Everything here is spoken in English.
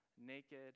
naked